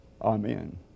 Amen